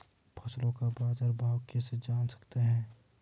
फसलों का बाज़ार भाव कैसे जान सकते हैं?